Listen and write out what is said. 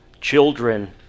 children